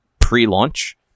pre-launch